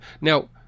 Now